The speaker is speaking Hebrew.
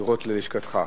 ישירות ללשכתך.